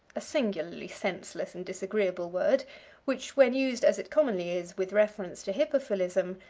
a singularly senseless and disagreeable word which, when used, as it commonly is, with reference to hippophilism,